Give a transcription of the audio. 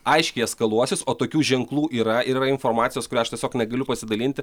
aiškiai eskaluosis o tokių ženklų yra ir yra informacijos kuria ša tiesiog negaliu pasidalinti